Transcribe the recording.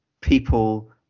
people